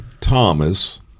Thomas